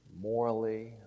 morally